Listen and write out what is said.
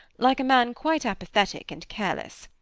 like a man quite apathetic and careless.